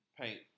paint